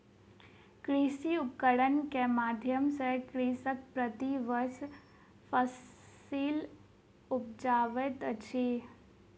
कृषि उपकरण के माध्यम सॅ कृषक प्रति वर्ष फसिल उपजाबैत अछि